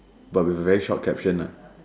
but with a very short caption lah